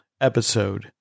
episode